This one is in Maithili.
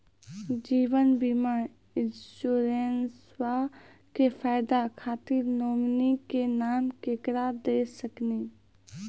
जीवन बीमा इंश्योरेंसबा के फायदा खातिर नोमिनी के नाम केकरा दे सकिनी?